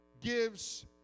gives